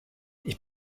ich